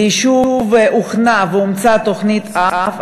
ליישוב הוכנה ואומצה תוכנית-אב,